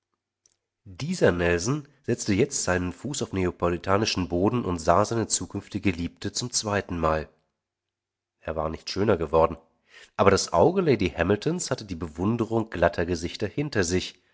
dieser nelson setzte jetzt seinen fuß auf neapolitanischen boden und sah seine zukünftige geliebte zum zweitenmal er war nicht schöner geworden aber das auge lady hamiltons hatte die bewunderung glatter gesichter hinter sich